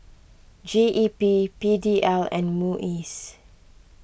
G E P P D L and Muis